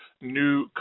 new